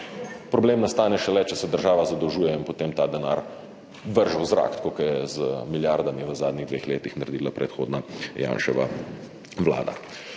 problem nastane šele, če se država zadolžuje in potem ta denar vrže v zrak, tako kot je z milijardami v zadnjih dveh letih naredila predhodna, Janševa vlada.